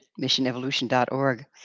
missionevolution.org